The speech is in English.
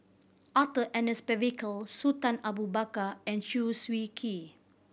Arthur Ernest Percival Sultan Abu Bakar and Chew Swee Kee